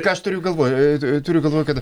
ką aš turiu galvoj e tu tu turiu galvoj kad